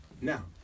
Now